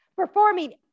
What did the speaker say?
performing